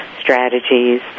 strategies